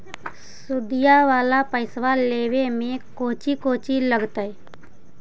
सुदिया वाला पैसबा लेबे में कोची कोची लगहय?